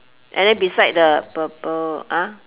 and then beside the purple !huh!